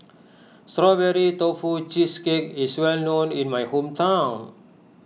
Strawberry Tofu Cheesecake is well known in my hometown